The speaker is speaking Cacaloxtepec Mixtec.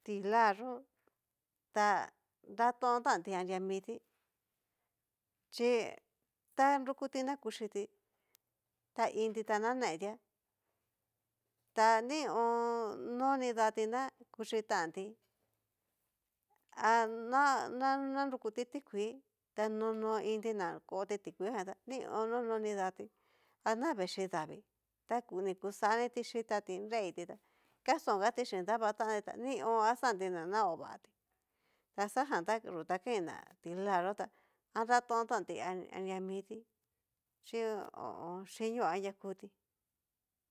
Ti'la yó ta nratontanti anria miti, chi ta nrukuti na kuchiti ta iinti tá nanetía, ta nión nó nidati na kuchí tanti, ana na nrukuti tikuii, na nono iinti na koti tikuiijan ta nión nono nidatí, ana vechí davii ta ni kuxani tí yitati nreiti tá kastongati chin dava tanti tá nión axanti na naovatí, taxajan ta yú ta kain na ti'la yó ta anratontanti nria miti chí ho o on. xhinió anria kuti.